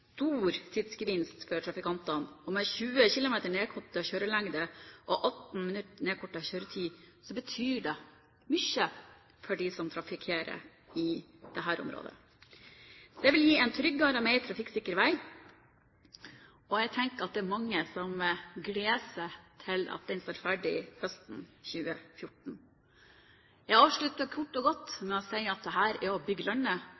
stor tidsgevinst for trafikantene. 20 kilometer nedkortet kjørelengde og 18 minutter nedkortet kjøretid betyr mye for dem som trafikkerer dette området. Det vil gi en tryggere og mer trafikksikker vei. Jeg tenker at det er mange som gleder seg til at den står ferdig høsten 2014. Jeg avslutter kort og godt med å si at dette er å bygge landet,